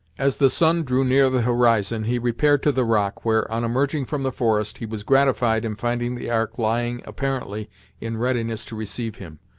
as the sun drew near the horizon he repaired to the rock, where, on emerging from the forest, he was gratified in finding the ark lying, apparently in readiness to receive him.